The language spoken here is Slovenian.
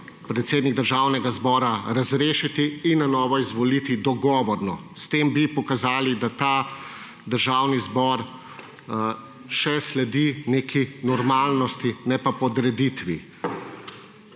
predsednik Državnega zbora razrešiti in na novo izvoliti dogovorno. S tem bi pokazali, da ta državni zbor še sledi neki normalnosti, ne pa podreditvi.